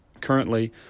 currently